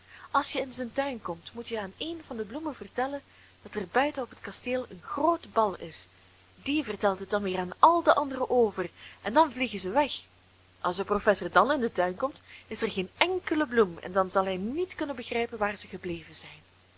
als je in zijn tuin komt moet je aan een van de bloemen vertellen dat er buiten op het kasteel een groot bal is die vertelt het dan weer aan al de anderen over en dan vliegen zij weg als de professor dan in den tuin komt is er geen enkele bloem en zal hij niet kunnen begrijpen waar zij gebleven zijn